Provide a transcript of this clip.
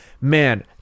man